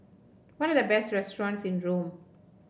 what are the best restaurants in Rome